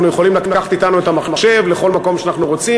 אנחנו יכולים לקחת אתנו את המחשב לכל מקום שאנחנו רוצים